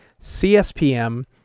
CSPM